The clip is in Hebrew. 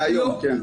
מהיום, כן.